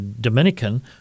Dominican